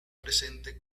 presente